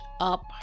up